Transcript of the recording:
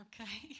Okay